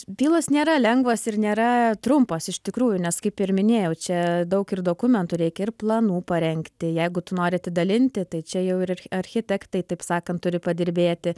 bylos nėra lengvos ir nėra trumpos iš tikrųjų nes kaip ir minėjau čia daug ir dokumentų reikia ir planų parengti jeigu tu nori atidalinti tai čia jau ir architektai taip sakant turi padirbėti